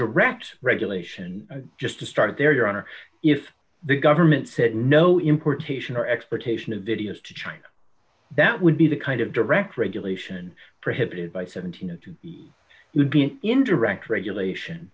direct regulation just to start there your honor if the government said no importation or expertise in the videos to china that would be the kind of direct regulation prohibited by seventeen and would be an indirect regulation